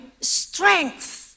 strength